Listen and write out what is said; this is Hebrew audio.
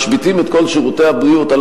משביתים את כל שירותי הבריאות?